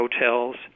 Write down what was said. hotels